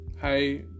hi